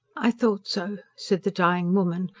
i thought so, said the dying woman,